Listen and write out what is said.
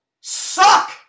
suck